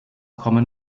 kommen